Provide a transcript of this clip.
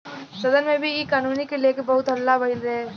सदन में भी इ कानून के लेके बहुत हल्ला भईल रहे